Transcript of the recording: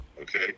Okay